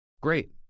Great